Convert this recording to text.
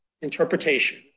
interpretation